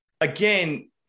again